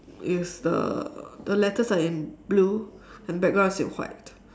it's the the letters are in blue and background is in white